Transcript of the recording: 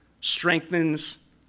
strengthens